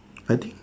I think